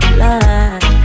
love